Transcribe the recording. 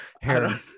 hair